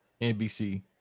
NBC